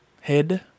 Head